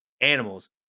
animals